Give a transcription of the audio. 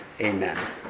Amen